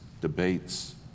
debates